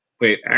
wait